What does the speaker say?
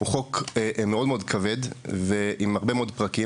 הוא חוק כבד מאוד ועם הרבה מאוד פרקים,